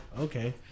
Okay